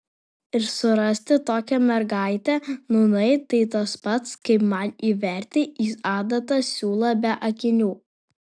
ir surasti tokią mergaitę nūnai tai tas pats kaip man įverti į adatą siūlą be akinių